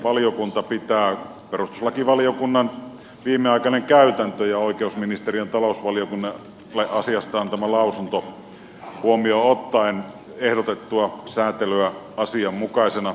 valiokunta pitää perustuslakivaliokunnan viimeaikainen käytäntö ja oikeusministeriön talousvaliokunnalle asiasta antama lausunto huomioon ottaen ehdotettua säätelyä asianmukaisena